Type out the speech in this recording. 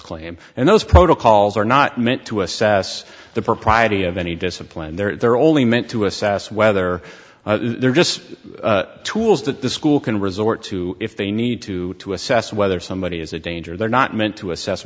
claim and those protocols are not meant to assess the propriety of any discipline there are only meant to assess whether there are just tools that the school can resort to if they need to to assess whether somebody is a danger they're not meant to assess